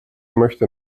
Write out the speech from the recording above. möchte